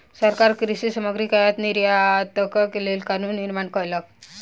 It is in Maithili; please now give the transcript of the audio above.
सरकार कृषि सामग्री के आयात निर्यातक लेल कानून निर्माण कयलक